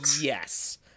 yes